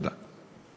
תודה.